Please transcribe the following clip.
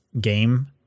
game